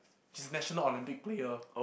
she's national Olympic player